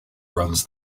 runs